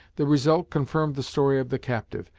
the result confirmed the story of the captive,